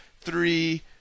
three